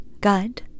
God